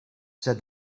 said